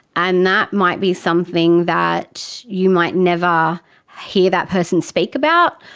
and that might be something that you might never hear that person speak about,